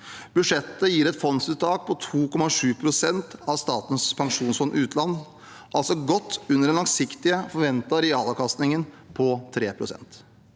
Budsjettforslaget gir et fondsuttak på 2,7 pst. av Statens pensjonsfond utland, altså godt under den langsiktige forventede realavkastningen på 3 pst.